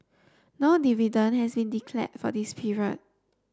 no dividend has been declared for this period